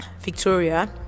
victoria